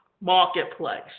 marketplace